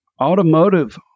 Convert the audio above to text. Automotive